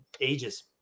ages